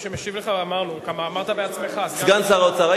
אמרנו, אמרת בעצמך, סגן שר האוצר.